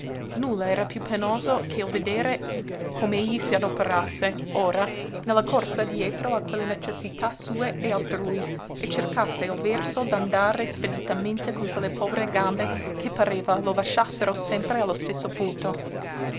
nulla era piú penoso che il vedere com'egli si adoperasse ora nella corsa dietro a quelle necessità sue e altrui e cercasse il verso d'andare speditamente con quelle povere gambe che pareva lo lasciassero sempre allo stesso punto